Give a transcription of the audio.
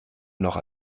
noch